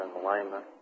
alignment